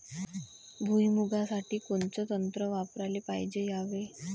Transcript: भुइमुगा साठी कोनचं तंत्र वापराले पायजे यावे?